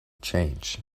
change